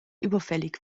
überfällig